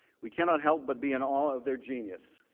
we cannot help but be in all of their genius.